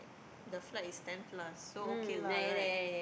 the flight is ten plus so okay lah right